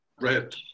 Red